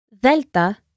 delta